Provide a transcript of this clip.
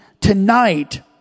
tonight